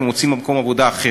ומוצאים מקום עבודה אחר,